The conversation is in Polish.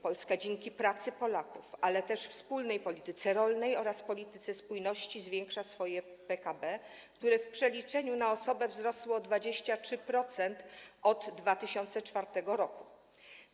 Polska dzięki pracy Polaków, ale też wspólnej polityce rolnej oraz polityce spójności, zwiększa swoje PKB, które w przeliczeniu na osobę wzrosło o 23% od 2004 r.